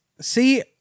see